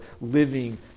living